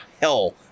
hell